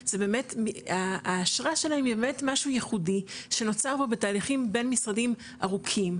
האשרה שלהם היא באמת משהו ייחודי שנוצר בתהליכים בין-משרדים ארוכים,